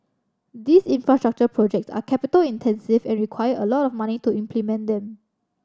these infrastructure projects are capital intensive and require a lot of money to implement them